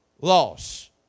loss